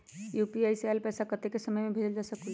UPI से पैसा कतेक समय मे भेजल जा स्कूल?